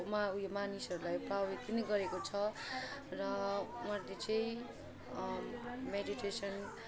मा ऊ यो मानिसहरूलाई प्रेरित पनि गरेको छ र उहाँले चाहिँ मेडिटेसन